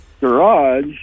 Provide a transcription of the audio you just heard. garage